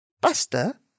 Buster